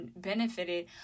benefited